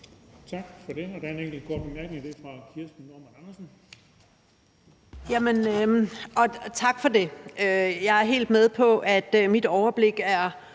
Tak for det. Der er en enkelt kort bemærkning fra Kirsten Normann Andersen.